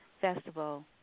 festival